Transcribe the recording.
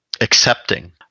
accepting